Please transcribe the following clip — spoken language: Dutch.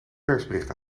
persbericht